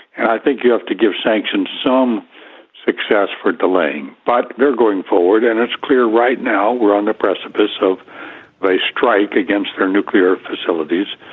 and i think you have to give sanctions some success for delaying. but they're going forward and it's clear right now we're on the precipice of a strike against their nuclear facilities.